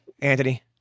anthony